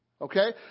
okay